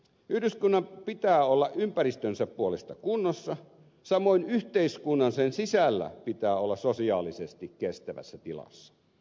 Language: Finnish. yhdyskunnan pitää olla ympäristönsä puolesta kunnossa samoin yhteiskunnan sen sisällä pitää olla sosiaalisesti kestävässä tilassa